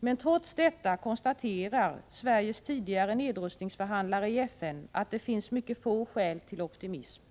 Men trots detta konstaterar Sveriges tidigare nedrustningsförhandlare i FN att det finns mycket få skäl till optimism.